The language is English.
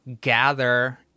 gather